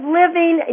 living